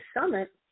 summit –